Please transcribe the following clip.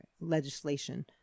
legislation